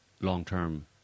long-term